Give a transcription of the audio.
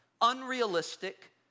unrealistic